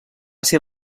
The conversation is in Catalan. ser